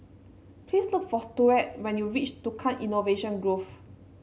please look for Stuart when you reach Tukang Innovation Grove